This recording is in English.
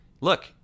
Look